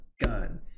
gun